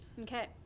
Okay